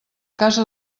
casa